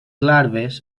larves